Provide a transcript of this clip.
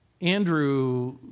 Andrew